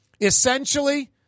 Essentially